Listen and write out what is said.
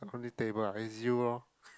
only table ah is you lor